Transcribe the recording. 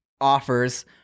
offers